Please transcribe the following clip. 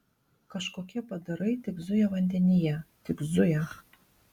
kažkokie padarai tik zuja vandenyje tik zuja